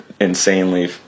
insanely